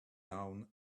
down